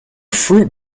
fruit